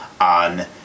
on